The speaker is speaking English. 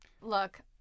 Look